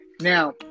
Now